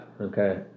okay